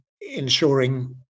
ensuring